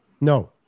No